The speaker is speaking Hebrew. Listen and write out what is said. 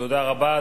תודה רבה.